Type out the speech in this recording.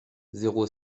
zéro